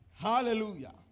Hallelujah